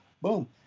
boom